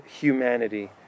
humanity